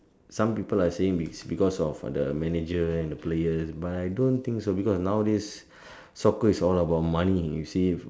some people are saying is because of the manager and the players but I don't think so because nowadays soccer is all about money you see if